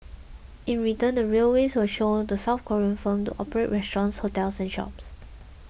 in return the railways will allow the South Korean firm to operate restaurants hotels and shops